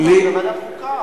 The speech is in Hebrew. זו ועדת חוקה.